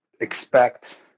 expect